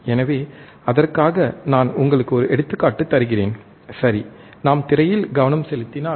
எனவே அதற்காக நான் உங்களுக்கு ஒரு எடுத்துக்காட்டு தருகிறேன் சரி நாம் திரையில் கவனம் செலுத்தினால்